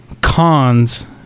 cons